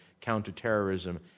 counterterrorism